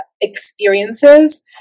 experiences